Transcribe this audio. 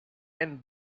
and